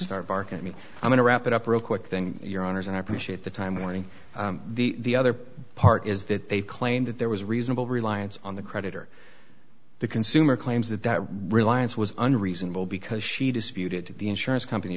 start barking at me i'm going to wrap it up real quick thing your owners and i appreciate the time warning the other part is that they claim that there was reasonable reliance on the credit or the consumer claims that the reliance was unreasonable because she disputed the insurance company